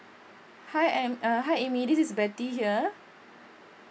hi am uh hi Amy this is Betty here